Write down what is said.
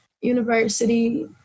university